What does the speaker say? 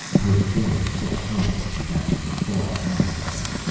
her buoyant self-confidence began to thaw out again.